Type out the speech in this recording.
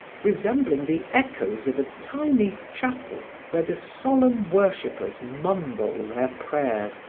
resembling the echoes of a tiny chapel where the solemn worshippers mumble their prayers,